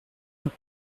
les